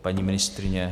Paní ministryně?